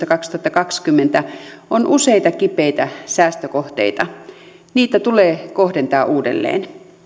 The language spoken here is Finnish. kaksituhattakaksikymmentä on useita kipeitä säästökohteita niitä tulee kohdentaa uudelleen